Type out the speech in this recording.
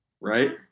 right